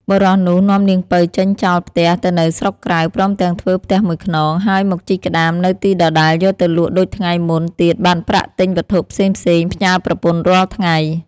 បុរសនោះ នាំនាងពៅចេញចោលផ្ទះទៅនៅស្រុកក្រៅ ព្រមទាំងធ្វើផ្ទះ១ខ្នង ហើយមកជីកក្ដាមនៅទីដដែលយកទៅលក់ដូចថ្ងៃមុនទៀតបានប្រាក់ទិញវត្ថុផ្សេងៗផ្ញើប្រពន្ធរាល់ថ្ងៃ។